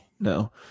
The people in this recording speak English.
No